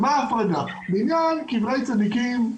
ומה ההפרדה, לעניין קברי צדיקים,